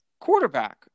quarterback